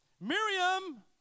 Miriam